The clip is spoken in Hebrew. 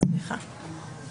אני מגיע למושב ומכירים אותי.